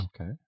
Okay